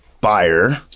buyer